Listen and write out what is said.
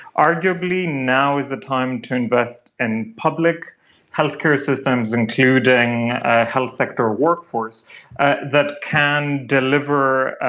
arguably now is the time to invest in public healthcare systems, including a health sector workforce that can deliver